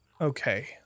Okay